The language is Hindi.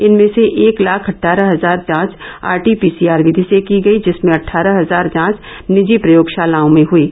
इनमें से एक लाख अट्ठारह हजार जांच आरटीपीसीआर विधि से की गयी जिसमें अट्ठारह हजार जांच निजी प्रयोगशालाओं में हुयीं